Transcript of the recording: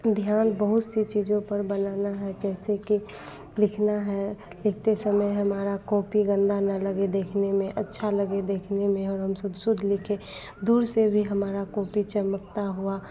ध्यान बहुत सी चीज़ों पर बनाना है जैसे कि लिखना है लिखते समय हमारी कॉपी गंदी ना लगे देखने में अच्छा लगे देखने में और हम शुद्ध शुद्ध लिखें दूर से भी हमारी कॉपी चमकता हुई